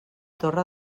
torre